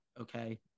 okay